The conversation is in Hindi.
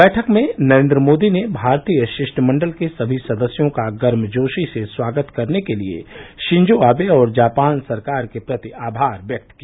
बैठक में नरेन्द्र मोदी ने भारतीय शिष्टमंडल के सभी सदस्यों का गर्मजोशी से स्वागत करने के लिए शिंजो आवे और जापान सरकार के प्रति आभार व्यक्त किया